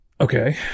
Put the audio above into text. okay